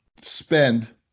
spend